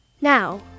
Now